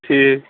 ٹھیٖک